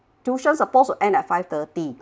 tuition supposed to end at five thirty